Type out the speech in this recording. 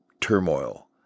turmoil